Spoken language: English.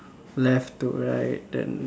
left to right then